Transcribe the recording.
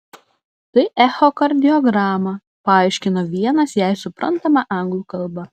tai echokardiograma paaiškino vienas jai suprantama anglų kalba